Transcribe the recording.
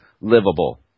livable